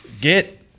get